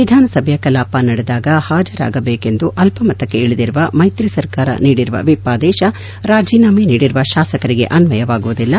ವಿಧಾನಸಭೆಯ ಕಲಾಪ ನಡೆದಾಗ ಹಾಜರಾಗಬೇಕೆಂದು ಅಲ್ಪಮತಕ್ಕೆ ಇಳಿದಿರುವ ಮೈತ್ರಿ ಸರ್ಕಾರ ನೀಡಿರುವ ವಿಪ್ ಆದೇಶ ರಾಜೀನಾಮೆ ನೀಡಿರುವ ಶಾಸಕರಿಗೆ ಅನ್ನಯವಾಗುವುದಿಲ್ಲ